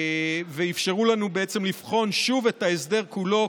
ואפשרו לנו בעצם לבחון שוב את ההסדר כולו,